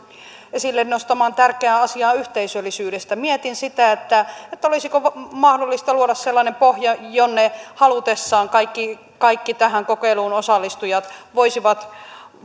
esille nostamaan tärkeään asiaan yhteisöllisyydestä mietin sitä olisiko mahdollista luoda sellainen pohja jonne halutessaan kaikki kaikki tähän kokeiluun osallistujat voisivat